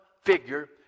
figure